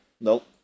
nope